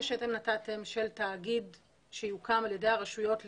של תאגיד שיוקם על ידי הרשויות לגבייה,